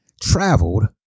traveled